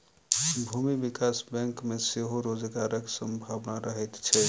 भूमि विकास बैंक मे सेहो रोजगारक संभावना रहैत छै